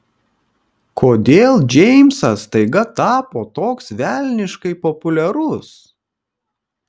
kodėl džeimsas staiga tapo toks velniškai populiarus